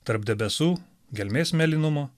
tarp debesų gelmės mėlynumo